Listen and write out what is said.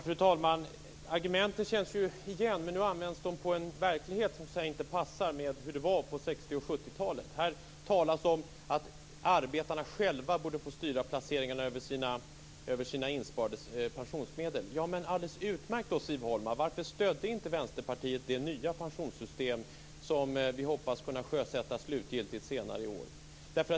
Fru talman! Jag känner igen argumenten. Nu används de på en verklighet som inte passar med hur det var på 60 och 70-talen. Här talas det om att arbetarna själva borde få styra placeringarna av sina insparade pensionsmedel. Ja, alldeles utmärkt, Siv Holma. Varför stöder inte Vänsterpartiet det nya pensionssystem, som vi hoppas kunna sjösätta senare i år?